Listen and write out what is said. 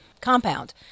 compound